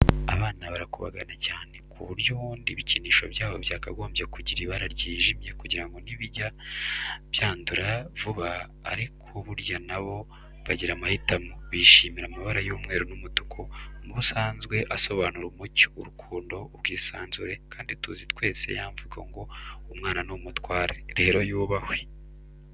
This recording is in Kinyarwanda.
Abana barakubagana cyane, ku buryo ubundi ibikinisho byabo byakagombye kugira ibara ryijimye kugira ngo ntibijye byandura vuba ariko burya na bo bagira amahitamo, bishimira amabara y'umweru n'umutuku, mu busanzwe asobanura umucyo, urukundo, ubwisanzure kandi tuzi twese ya mvugo ngo: ''Umwana ni umutware.'' Rero yubahwe.